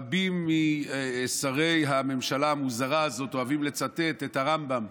רבים משרי הממשלה המוזרה הזאת אוהבים לצטט הרמב"ם.